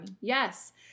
Yes